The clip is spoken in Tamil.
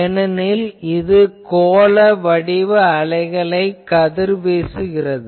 ஏனெனில் இது கோள வடிவ அலைகளை கதிர்வீசுகிறது